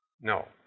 No